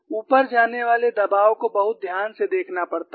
ऊपर जाने वाले दबाव को बहुत ध्यान से देखना पड़ता है